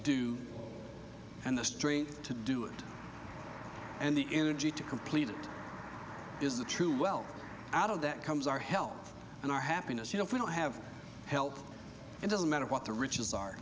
do and the strength to do it and the energy to complete it is the true well out of that comes our health and our happiness you know if we don't have health and doesn't matter what the riches are